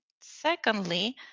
Secondly